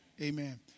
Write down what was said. amen